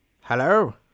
Hello